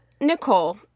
Nicole